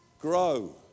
Grow